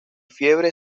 fiebre